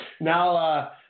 Now